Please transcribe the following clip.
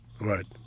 Right